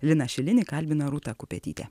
liną šilinį kalbina rūta kupetytė